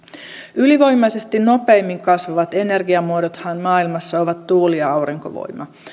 ylivoimaisesti nopeimmin kasvavat energiamuodothan maailmassa ovat tuuli ja aurinkovoima